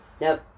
Nope